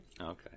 Okay